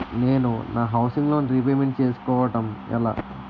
నేను నా housing loan repayment చేసుకోవటం ఎలా?